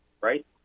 right